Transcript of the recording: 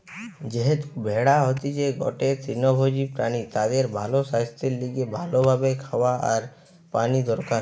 যেহেতু ভেড়া হতিছে গটে তৃণভোজী প্রাণী তাদের ভালো সাস্থের লিগে ভালো ভাবে খাওয়া আর পানি দরকার